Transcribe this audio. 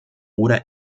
oder